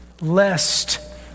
lest